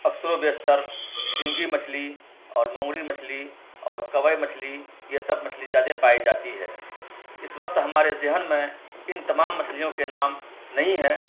اکثر و بیشتر سینھگی مچھلی اور مونگڑی مچھلی اور کووئی مچھلی یہ سب مچھلی زیادہ پائی جاتی ہے اس وقت ہمارے ذہن میں ان تمام مچھلیوں کے نام نہیں ہیں